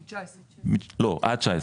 לא עד 2019,